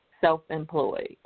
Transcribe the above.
self-employed